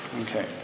Okay